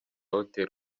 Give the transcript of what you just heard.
hotel